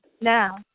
Now